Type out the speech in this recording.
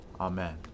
Amen